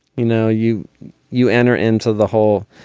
you know, you you enter into the whole,